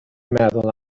meddwl